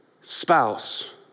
spouse